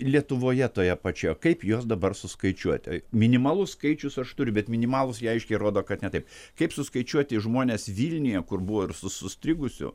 lietuvoje toje pačioje kaip juos dabar suskaičiuoti minimalus skaičius aš turiu bet minimalūs jie aiškiai rodo kad ne taip kaip suskaičiuoti žmones vilniuje kur buvo ir su su strigusių